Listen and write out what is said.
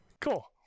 Cool